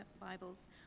Bibles